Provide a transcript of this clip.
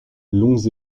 longs